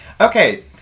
Okay